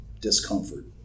discomfort